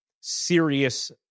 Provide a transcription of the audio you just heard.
serious